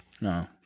no